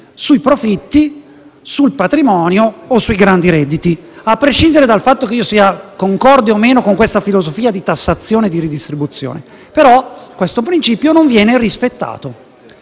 sui profitti, sul patrimonio o sui grandi redditi. A prescindere dal fatto che possa essere d'accordo o meno con questa filosofia di tassazione e di redistribuzione, questo principio non viene rispettato.